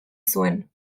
zuen